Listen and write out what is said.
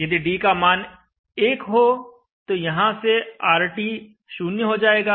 यदि d का मान 1 हो तो यहाँ से RT शून्य हो जाएगा